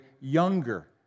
younger